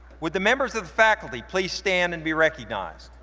would the members of the faculty please stand and be recognized?